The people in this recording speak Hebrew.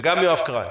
וגם אמר יואב קריים,